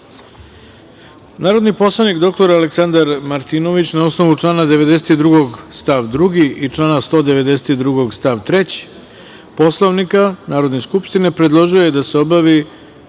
predlog. Narodni poslanik dr Aleksandar Martinović, na osnovu člana 92. stav 2. i člana 92. stav 3. Poslovnika Narodne skupštine, predložio je da se obavi: